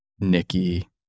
Nikki